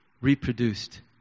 reproduced